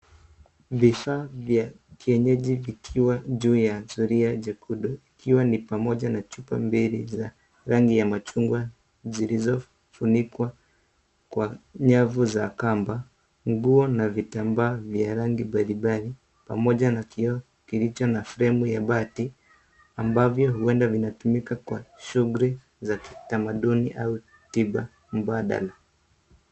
Vifaa vya kienyeji vikiwa juu ya zulia jekundu, ikiwa ni pamoja na chupa mbili za rangi ya machungwa zilizofunikwa kwa nyavu za kamba. Nguo na vitambaa vya rangi mbalimbali, pamoja na kioo kilicho na fremu ya bati, ambavyo huenda vinatumika kwa shughuli za kitamaduni au tiba mbadala.